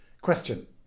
Question